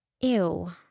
Ew